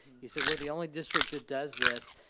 he said we're the only district that does this,